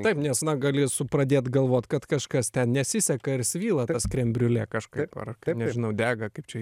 taip nes na gali pradėt galvot kad kažkas ten nesiseka ir svyla tas krembriulė kažkaip ar kaip nežinau dega kaip čia jį